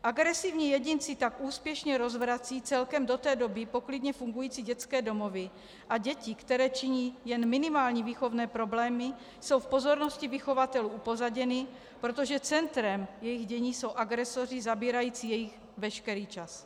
Agresivní jedinci tak úspěšně rozvracejí celkem do té doby poklidně fungující dětské domovy a děti, které činí jen minimální výchovné problémy, jsou v pozornosti vychovatelů upozaděny, protože centrem jejich dění jsou agresoři zabírající jejich veškerý čas.